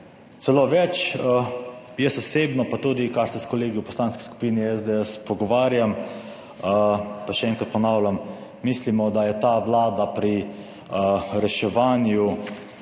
Celo več, jaz osebno, pa tudi kar se s kolegi v Poslanski skupini SDS pogovarjam, pa še enkrat ponavljam, mislimo, da je ta Vlada pri reševanju